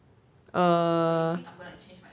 err